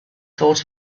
thought